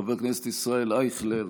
חבר הכנסת ישראל אייכלר,